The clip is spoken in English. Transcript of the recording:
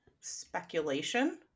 speculation